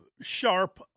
sharp